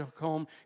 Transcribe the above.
home